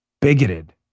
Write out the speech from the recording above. bigoted